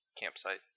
Campsite